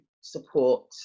support